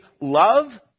love